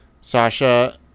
Sasha